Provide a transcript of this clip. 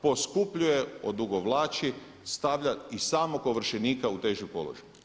Poskupljuje, odugovlači, stavlja i samog ovršenika u teži položaj.